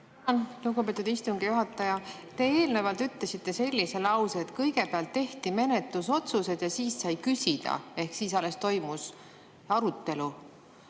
Lugupeetud istungi juhataja! Te eelnevalt ütlesite sellise lause, et kõigepealt tehti menetlusotsused ja siis sai küsida ehk alles siis toimus arutelu.